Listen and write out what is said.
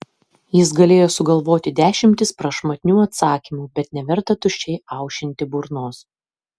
jis galėjo sugalvoti dešimtis prašmatnių atsakymų bet neverta tuščiai aušinti burnos